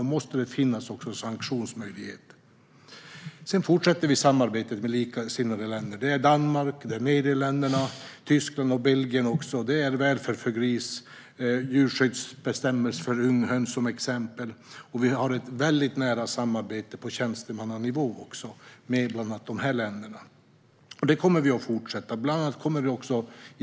Då måste det finnas sanktionsmöjligheter. Vi fortsätter arbetet med likasinnade länder som Danmark, Nederländerna, Tyskland och Belgien när det gäller till exempel välfärd för grisar och djurskyddsbestämmelser för unghöns. Vi har också ett nära samarbete på tjänstemannanivå med dessa länder, och det kommer vi att fortsätta ha.